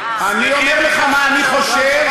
ראיתי מה אתם עשיתם.